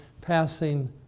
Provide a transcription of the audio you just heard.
passing